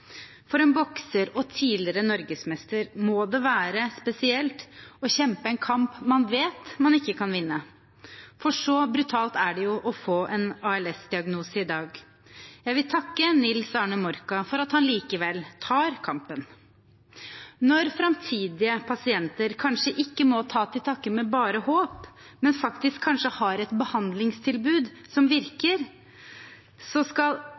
For en bokser og tidligere norgesmester må det være spesielt å kjempe en kamp man vet man ikke kan vinne. For så brutalt er det å få en ALS-diagnose i dag. Jeg vil takke Nils Arne Morka for at han likevel tar kampen. Når framtidige pasienter kanskje ikke må ta til takke med bare håp, men faktisk kanskje har et behandlingstilbud som virker, skal